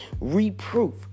Reproof